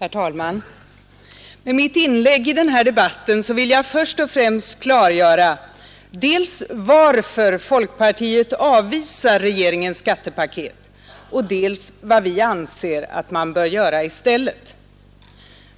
Herr talman! Med mitt inlägg i den här debatten vill jag först och främst klargöra dels varför folkpartiet avvisar regeringens skattepaket, 133 dels vad vi anser att man bör göra i stället.